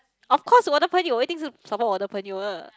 of course 我的朋友我一定是 support 我的朋友的